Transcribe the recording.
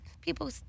people